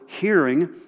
hearing